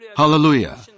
Hallelujah